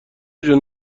جون